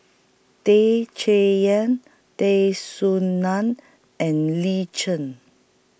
Tay Chay Yan Tay Soo NAN and Lin Chen